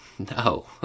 No